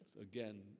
again